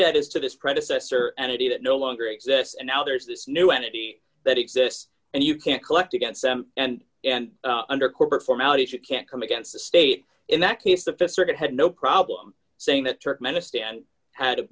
debt is to his predecessor entity that no longer exists and now there's this new entity that exists and you can't collect against them and and under corporate formalities you can't come against the state in that case the th circuit had no problem saying that